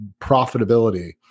profitability